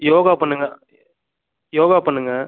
யோகா பண்ணுங்கள் யோகா பண்ணுங்கள்